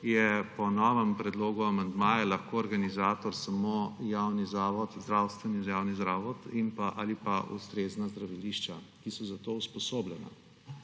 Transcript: so po novem predlogu amandmaja lahko organizator samo javni zavod, zdravstveni javni zavod ali pa ustrezna zdravilišča, ki so za to usposobljena,